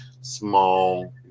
small